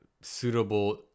suitable